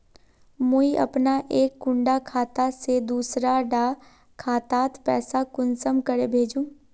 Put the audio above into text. मुई अपना एक कुंडा खाता से दूसरा डा खातात पैसा कुंसम करे भेजुम?